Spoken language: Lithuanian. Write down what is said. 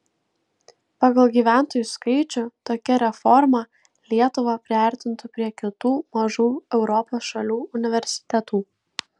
pagal gyventojų skaičių tokia reforma lietuvą priartintų prie kitų mažų europos šalių universitetų